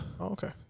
Okay